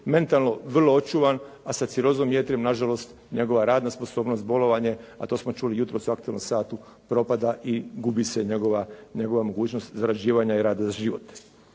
mentalno vrlo očuvan, a sa cirozom jetre na žalost njegova radna sposobnost, bolovanje, a to smo čuli jutros u aktualnom satu propada i gubi se njegova mogućnost zarađivanja i rada za život.